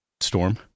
storm